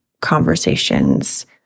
conversations